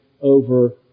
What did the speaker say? over